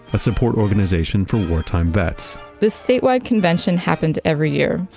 a support organization for wartime vets. this statewide convention happened every year,